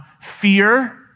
fear